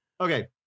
Okay